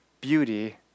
Beauty